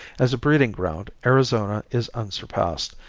as a breeding ground arizona is unsurpassed,